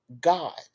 God